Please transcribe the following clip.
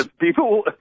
People